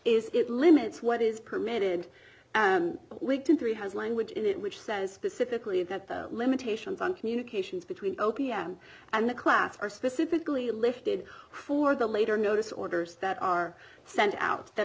is it limits what is permitted and we did three has language in it which says specifically ready that the limitations on communications between o p m and the class are specifically lifted for the later notice orders that are sent out